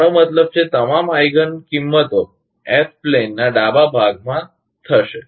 મારો મતલબ છે કે તમામ આઇજીન કિંમતો એસ પ્લેનના ડાબા ભાગમાં હશે